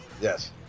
Yes